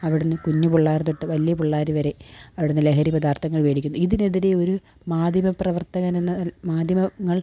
അവിടുന്ന് കുഞ്ഞു പിള്ളേര് തൊട്ട് വലിയ പിള്ളേർ വരെ അവിടുന്ന് ലഹരി പദാര്ത്ഥങ്ങള് മേടിക്കുന്നു ഇതിനെതിരെ ഒരു മാധ്യമ പ്രവര്ത്തകന് എന്ന മാധ്യമങ്ങള്